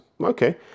okay